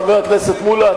חבר הכנסת מולה,